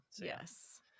yes